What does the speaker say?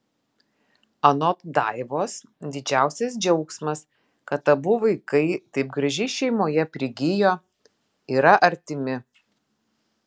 anot daivos didžiausias džiaugsmas kad abu vaikai taip gražiai šeimoje prigijo yra artimi